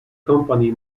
company